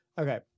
Okay